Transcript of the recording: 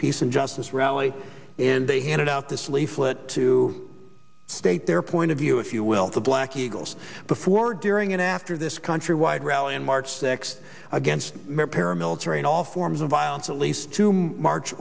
peace and justice rally and they handed out this leaflet to state their point of view if you will to black eagles before during and after this country wide rally and march six against paramilitary in all forms of violence at least to march